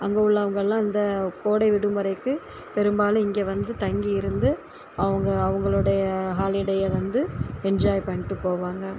அங்கே உள்ளவங்களாம் இந்த கோடை விடுமுறைக்கு பெரும்பாலும் இங்கே வந்து தங்கி இருந்து அவங்க அவங்களுடைய ஹாலிடேயை வந்து என்ஜாய் பண்ணிட்டு போவாங்க